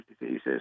diseases